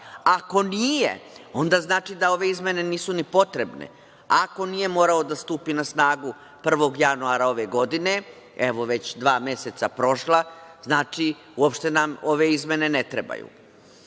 Ako nije, onda znači da ove izmene nisu ni potrebne. Ako nije morao da stupi na snagu 1. januara ove godine, evo već dva meseca prošla, znači uopšte nam ove izmene ne trebaju. Upravo